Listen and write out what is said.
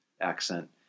accent